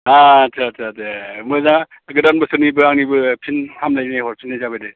आह आटसा आटसा दे मोजां गोदान बोसोरनिबो आंनिबो फिन हामलायनाय हरफिन्नाय जाबाय दे